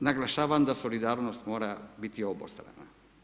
Zato naglašavam da solidarnost mora biti obostrana.